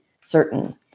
certain